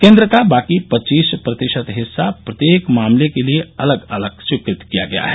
केंद्र का बाकी पच्चीस प्रतिशत हिस्सा प्रत्येक मामले के लिए अलग अलग स्वीकृत किया गया है